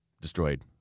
destroyed